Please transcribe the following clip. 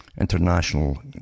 International